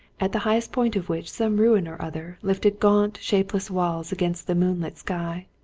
at the highest point of which some ruin or other lifted gaunt, shapeless walls against the moonlit sky.